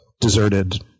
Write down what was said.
deserted